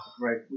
Right